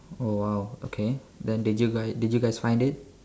oh !wow! okay then did you guy did you guys find it